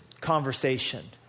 conversation